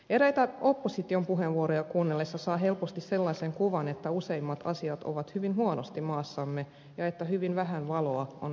eräitä opposition puheenvuoroja kuunnellessa saa helposti sellaisen kuvan että useimmat asiat ovat hyvin huonosti maassamme ja hyvin vähän valoa on näkyvissä